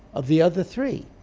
of the other three,